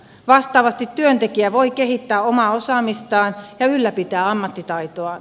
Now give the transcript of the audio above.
vastaavasti työntekijä voi kehittää omaa osaamistaan ja ylläpitää ammattitaitoaan